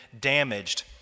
damaged